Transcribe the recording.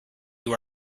you